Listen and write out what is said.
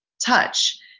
touch